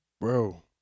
bro